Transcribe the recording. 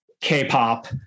K-pop